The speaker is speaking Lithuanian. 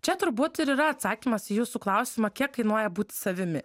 čia turbūt ir yra atsakymas į jūsų klausimą kiek kainuoja būt savimi